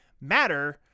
matter